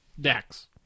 Dax